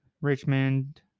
Richmond